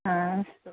हा अस्तु